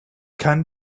kann